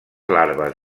larves